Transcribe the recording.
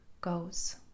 goes